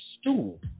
stool